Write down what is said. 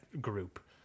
group